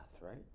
right